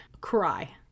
cry